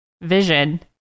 vision